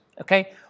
Okay